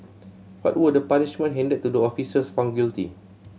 what were the punishment handed to the officers found guilty